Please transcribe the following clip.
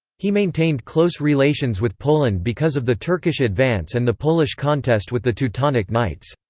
he maintained close relations with poland because of the turkish advance and the polish contest with the teutonic knights.